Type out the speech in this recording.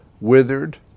withered